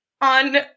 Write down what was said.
on